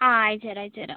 അയച്ച് തരാം അയച്ച് തരാം